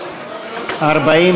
בממשלה לא נתקבלה.